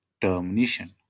termination